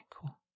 cool